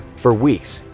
for weeks,